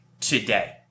today